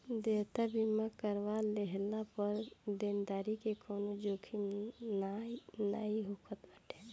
देयता बीमा करवा लेहला पअ देनदारी के कवनो जोखिम नाइ होत बाटे